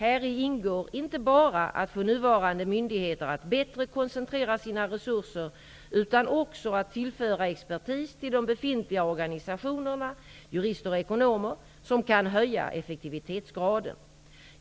Häri ingår inte bara att få nuvarande myndigheter att bättre koncentrera sina resurser utan också att tillföra expertis till de befintliga organisationerna, jurister och ekonomer, som kan höja effektivitetsgraden.